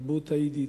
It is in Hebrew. התרבות היידית,